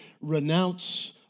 renounce